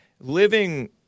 Living